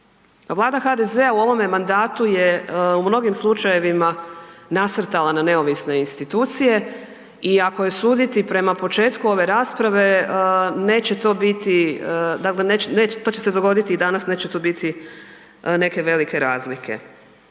Vlada HDZ-a u ovome mandatu je u mnogim slučajevima nasrtala na neovisne institucije i ako je suditi prema početku ove rasprave to će se dogoditi i danas, neće to biti neke velike razlike.